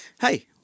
hey